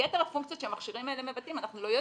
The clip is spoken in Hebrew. יתר הפונקציות שהמכשירים האלה מבטאים אנחנו לא יודעים,